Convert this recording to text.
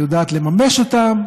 היא יודעת לממש אותם,